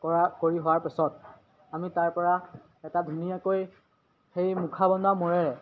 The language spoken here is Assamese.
কৰা কৰি হোৱাৰ পিছত আমি তাৰ পৰা এটা ধুনীয়াকৈ সেই মুখা বনোৱা মূৰেৰে